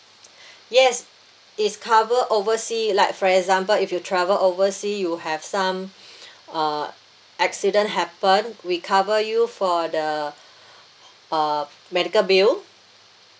yes it's cover oversea like for example if you travel oversea you have some uh accident happen we cover you for the uh medical bill